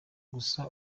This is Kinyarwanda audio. gusa